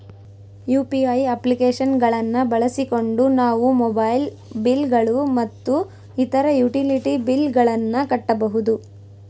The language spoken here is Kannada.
ಯು.ಪಿ.ಐ ಅಪ್ಲಿಕೇಶನ್ ಗಳನ್ನ ಬಳಸಿಕೊಂಡು ನಾವು ಮೊಬೈಲ್ ಬಿಲ್ ಗಳು ಮತ್ತು ಇತರ ಯುಟಿಲಿಟಿ ಬಿಲ್ ಗಳನ್ನ ಕಟ್ಟಬಹುದು